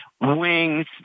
wings